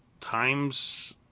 times